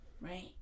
Right